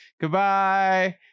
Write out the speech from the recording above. Goodbye